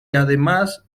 además